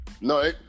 No